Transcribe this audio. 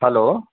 hello